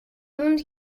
monde